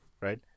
Right